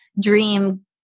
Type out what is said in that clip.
dream